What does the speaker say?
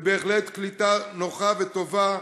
ובהחלט קליטה נוחה וטובה